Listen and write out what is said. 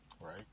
Right